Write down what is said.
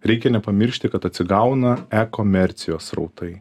reikia nepamiršti kad atsigauna e komercijos srautai